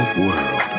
world